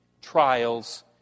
trials